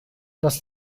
das